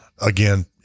again